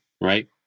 right